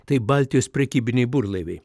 tai baltijos prekybiniai burlaiviai